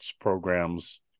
programs